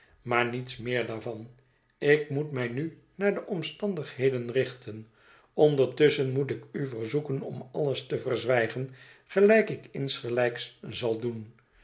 maar niets meer daarvan ik moet mij nu naar de omstandigheden richten ondertusschen moet ik u verzoeken om alles te verzwijgen gelijk ik insgelijks zal doen